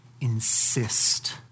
insist